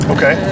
Okay